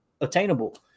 attainable